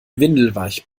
windelweich